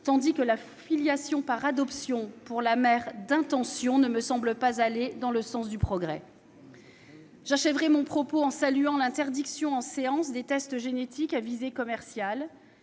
tandis que la filiation par adoption pour la mère d'intention ne me semble pas aller dans le sens du progrès. Pour terminer, je veux saluer l'interdiction, votée en séance publique, des tests génétiques à visée commerciale.